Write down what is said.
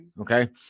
okay